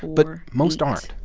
but most aren't.